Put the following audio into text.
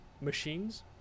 machines